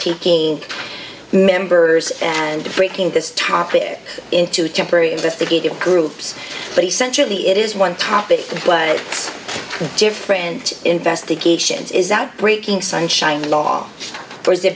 taking members and breaking this topic into temporary investigative groups but essentially it is one topic but different investigations is that breaking sunshine law for